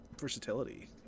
versatility